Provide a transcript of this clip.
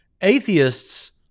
atheists